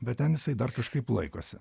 bet ten jisai dar kažkaip laikosi